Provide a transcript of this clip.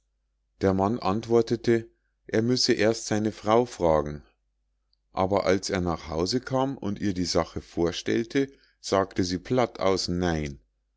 der mann antwortete er müßte erst seine frau fragen aber als er nach hause kam und ihr die sache vorstellte sagte sie platt aus nein